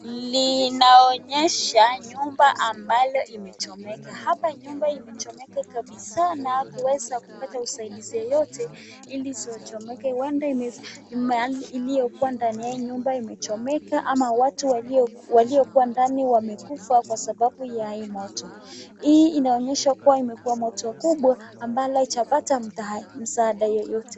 Linaonyesha nyumba ambalo limechomeka. Hapa nyumba imechomeka kabisa na hakuweza kupata usaidizi yeyote ili isichomeke. Huenda mali iliyokuwa ndani ya hii nyumba imechomeka ama watu waliokuwa ndani wamekufa kwa sababu ya hii moto. Hii inaonyesha kuwa imekuwa moto kubwa ambalo haijapata msaada wowote.